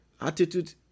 attitude